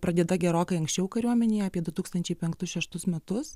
pradėta gerokai anksčiau kariuomenėje apie du tūkstančiai penktus šeštus metus